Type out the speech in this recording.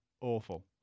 awful